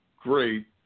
great